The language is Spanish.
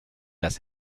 las